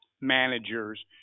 managers